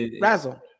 Razzle